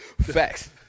Facts